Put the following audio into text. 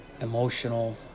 emotional